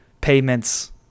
payments